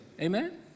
Amen